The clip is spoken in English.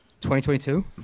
2022